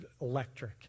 electric